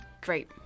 great